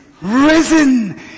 risen